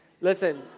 Listen